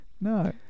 No